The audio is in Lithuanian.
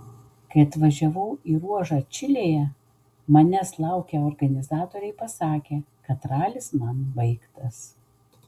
kai atvažiavau į ruožą čilėje manęs laukę organizatoriai pasakė kad ralis man baigtas